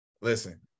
Listen